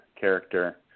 character